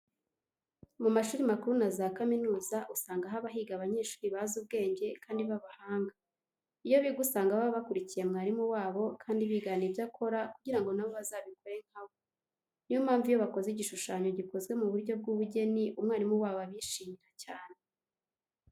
Mu mashuri makuru na za kaminuza usanga haba higa abanyeshuri bazi ubwenge kandi b'abahanga iyo biga usanga baba bakurikiye mwarimu wabo kandi bigana ibyo akora kugira ngo na bo bazabikore nka we. Niyo mpamvu iyo bakoze igishushanyo gikozwe mu buryo bw'ubugeni, umwarimu wabo abishimira cyane.